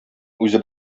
үзе